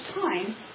time